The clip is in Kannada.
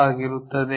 ಆಗಿರುತ್ತದೆ